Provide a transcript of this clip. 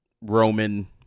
Roman